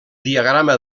diagrama